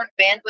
bandwidth